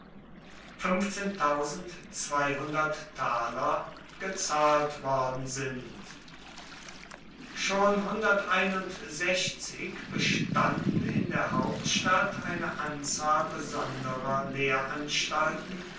gezahlt worden sind schon bestanden in der hauptstadt eine anzahl besonderer